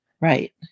right